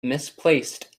misplaced